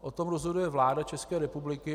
O tom rozhoduje vláda České republiky.